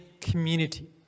community